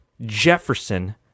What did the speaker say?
Jefferson